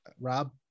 Rob